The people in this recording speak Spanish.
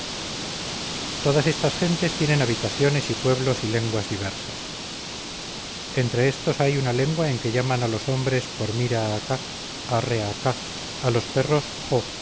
todas estas gentes tienen habitaciones y pueblos y lenguas diversas entre éstos hay una lengua en que llaman a los hombres por mira acá arre acá a los perros